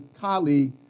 colleague